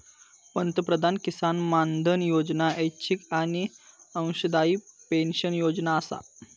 पंतप्रधान किसान मानधन योजना ऐच्छिक आणि अंशदायी पेन्शन योजना आसा